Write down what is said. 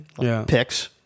picks